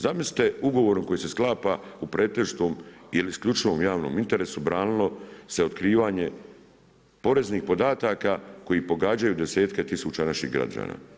Zamislite, ugovor koji se sklapa u pretežitom ili isključivom javnom interesu, branilo se otkrivanje poreznih podataka koji pogađaju desetke tisuća naših građana.